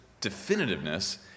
definitiveness